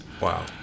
Wow